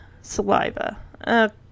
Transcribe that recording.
saliva